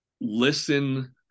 listen